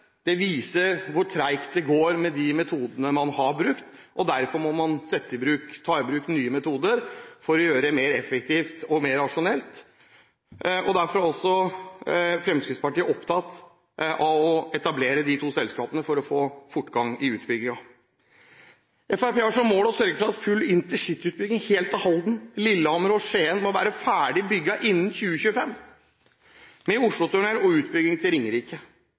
Det viser hvor tregt det går med de metodene man har brukt, og derfor må man ta i bruk nye metoder for å gjøre det mer effektivt og mer rasjonelt. Derfor er også Fremskrittspartiet opptatt av å etablere de to selskapene for å få fortgang i utbyggingen. Fremskrittspartiet har som mål å sørge for at full intercityutbygging helt til Halden, Lillehammer og Skien må være ferdig bygget innen 2025. Med Oslotunnelen og utbygging til Ringerike